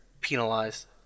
penalized